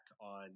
on